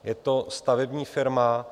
Je to stavební firma.